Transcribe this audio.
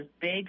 big